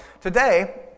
today